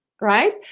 right